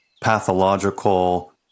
pathological